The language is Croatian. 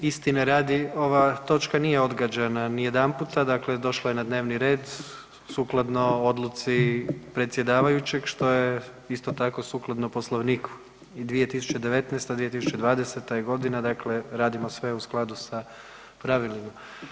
Istine radi ova točka nije odgađana ni jedanputa, dakle došla je na dnevni red sukladno odluci predsjedavajućeg što je isto tako sukladno Poslovniku i 2019., 2020. je godina dakle radimo sve u skladu sa pravilima.